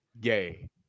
gay